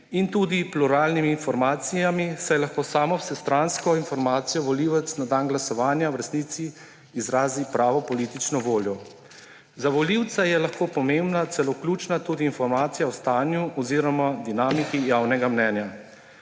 in tudi pluralnimi informacijami, saj lahko samo z vsestransko informacijo volivec na dan glasovanja v resnici izrazi pravo politično voljo. Za volivca je lahko pomembna, celo ključna tudi informacija o stanju oziroma dinamiki javnega mnenja.